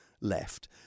left